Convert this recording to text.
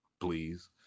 please